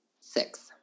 six